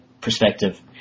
perspective